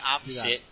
opposite